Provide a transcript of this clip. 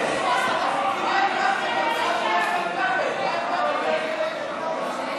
הצעה של איתן כבל, מה עשיתם בזה?